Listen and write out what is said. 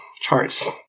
charts